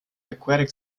aquatic